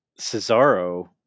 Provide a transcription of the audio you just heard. Cesaro